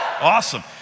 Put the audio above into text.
Awesome